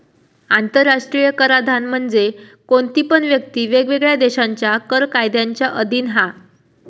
आंतराष्ट्रीय कराधान म्हणजे कोणती पण व्यक्ती वेगवेगळ्या देशांच्या कर कायद्यांच्या अधीन हा